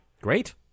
Great